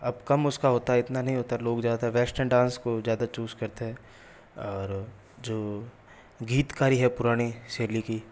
अब कम उसका होता है इतना नहीं होता है लोग अब वेस्टर्न डांस को ज़्यादा चूस करते हैं और जो गीतकारी है पुरानी शैली की